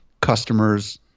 customers